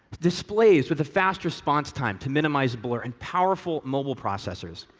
displays with a fast response time to minimize blur, and powerful mobile processors.